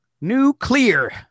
Nuclear